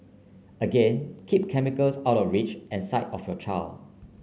again keep chemicals out of reach and sight of your child